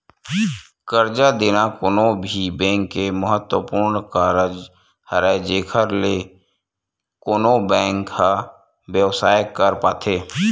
करजा देना कोनो भी बेंक के महत्वपूर्न कारज हरय जेखर ले कोनो बेंक ह बेवसाय करे पाथे